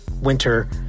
winter